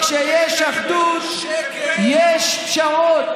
כשיש אחדות יש פשרות, יש פשרות